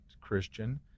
Christian